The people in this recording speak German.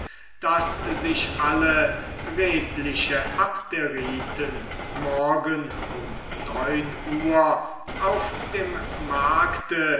daß sich alle redliche abderiten morgen um neun uhr auf dem markte